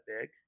big